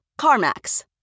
CarMax